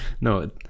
no